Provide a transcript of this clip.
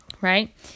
right